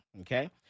Okay